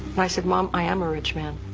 i said, mom i am a rich man.